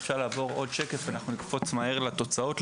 אנחנו נקפוץ מהר לתוצאות,